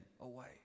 away